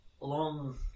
long